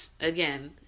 again